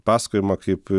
pasakojama kaip